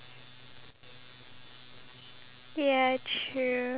if your life were being made into a movie